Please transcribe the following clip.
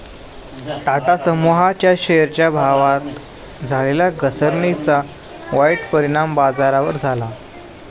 टाटा समूहाच्या शेअरच्या भावात झालेल्या घसरणीचा वाईट परिणाम बाजारावर झाला